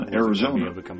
Arizona